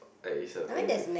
like is a very weird